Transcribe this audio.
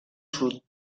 sud